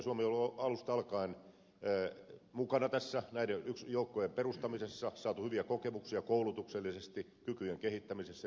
suomi on ollut alusta alkaen mukana näiden joukkojen perustamisessa on saatu hyviä kokemuksia koulutuksellisesti kykyjen kehittämisessä ja niin edelleen